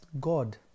God